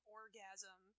orgasm